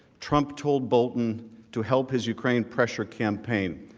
trump told bolton to help his ukraine pressure campaign,